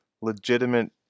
legitimate